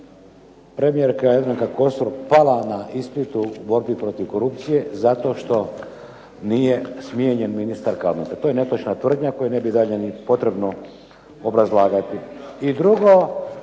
premijerka Jadranka Kosor pala na ispitu u borbi protiv korupcije zato što nije smijenjen ministar Kalmeta. To je netočna tvrdnja koju ne bih dalje, ni potrebno obrazlagati. I drugo